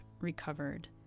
recovered